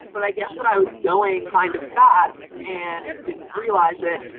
but i guess that i was going kind of fast and didn't realize it,